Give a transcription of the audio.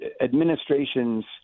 administration's